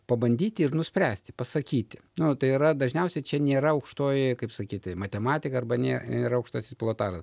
pabandyti ir nuspręsti pasakyti nu tai yra dažniausiai čia nėra aukštoji kaip sakyti matematika arba ne ir aukštasis pilotažas